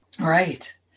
Right